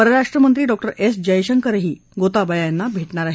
परराष्ट्र मंत्री डॉ एस जयशंकरही गोताबाया यांना भेटणार आहेत